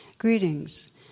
Greetings